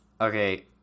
Okay